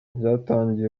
byatangiye